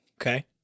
Okay